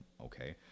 Okay